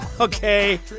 Okay